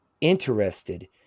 interested